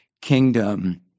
kingdom